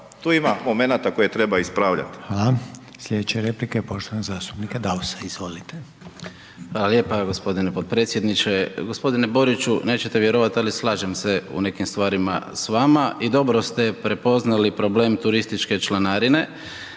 tu ima momenata koje treba ispravljati.